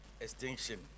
extinction